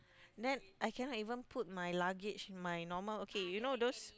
then I cannot even put my luggage my normal okay you know those